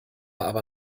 aber